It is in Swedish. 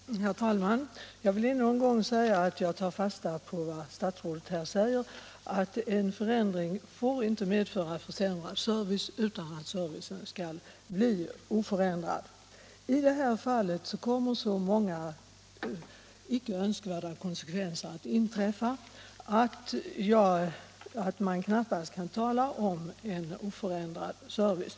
Nr 61 Herr talman! Jag vill än en gång säga att jag tar fasta på statsrådets yttrande att en förändring inte får medföra försämrad service; den skall förbli oförändrad. I det här fallet tillkommer så många icke önskvärda. = konsekvenser att man knappast kan tala om en oförändrad service.